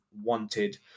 wanted